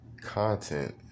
content